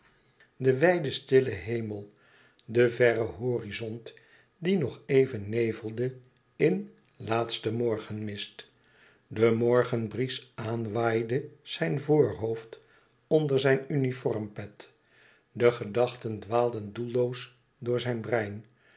den wijden stillen hemel den verren horizont die nog even nevelde in laatste morgenmist de morgenbries aanwaaide zijn voorhoofd onder zijn uniformpet de gedachten dwaalden doelloos door zijn brein